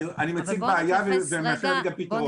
אני מציג בעיה ואני רוצה לתת הצעה לפתרון.